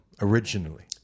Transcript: originally